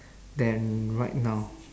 than right now